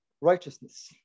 righteousness